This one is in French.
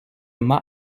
mât